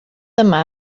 yma